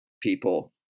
people